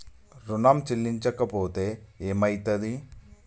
ఋణం చెల్లించకపోతే ఏమయితది?